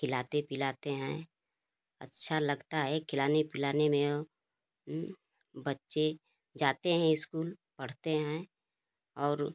खिलाते पिलाते हैं अच्छा लगता है खिलाने पिलाने में बच्चे जाते हैं स्कूल पढ़ते हैं और